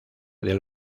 del